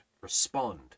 respond